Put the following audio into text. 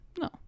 No